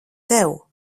tev